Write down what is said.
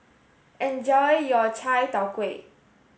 enjoy your Chai Tow Kuay